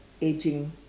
ageing